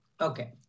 okay